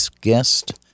guest